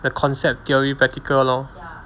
the concept theory practical lor